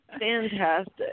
fantastic